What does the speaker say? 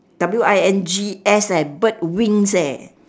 W I N G S eh bird wings leh